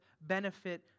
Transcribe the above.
benefit